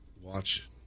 watch